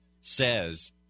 says